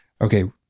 okay